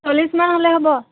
চল্লিছমান হ'লে হ'ব